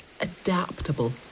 adaptable